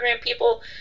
people